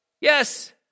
Yes